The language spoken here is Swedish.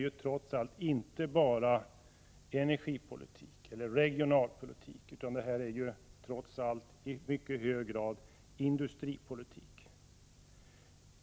Det handlar här inte bara om energipolitik eller regionalpolitik utan i mycket hög grad om industripolitik.